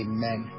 Amen